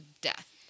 death